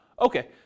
okay